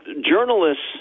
Journalists